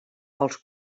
els